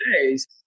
days